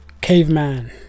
caveman